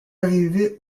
arrivé